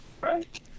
Right